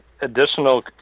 additional